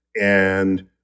And-